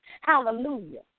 Hallelujah